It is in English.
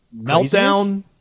Meltdown